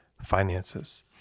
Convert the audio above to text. finances